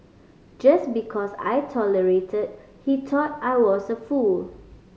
just because I tolerated he thought I was a fool